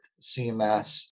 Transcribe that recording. CMS